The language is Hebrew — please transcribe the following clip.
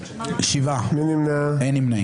הצבעה לא אושרו.